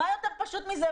מה יותר פשוט מזה?